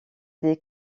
des